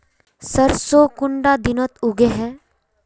सरसों कुंडा दिनोत उगैहे?